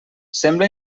sembla